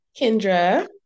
Kendra